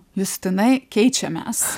justinai keičiamės